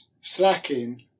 slacking